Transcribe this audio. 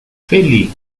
feli